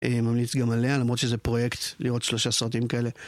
אני ממליץ גם עליה למרות שזה פרויקט לראות שלושה סרטים כאלה